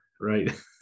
right